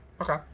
Okay